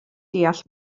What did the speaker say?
deall